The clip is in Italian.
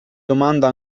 domanda